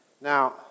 Now